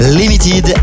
limited